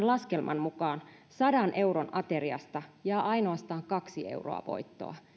laskelman mukaan sadan euron ateriasta jää ainoastaan kaksi euroa voittoa